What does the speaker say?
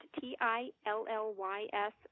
T-I-L-L-Y-S